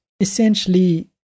essentially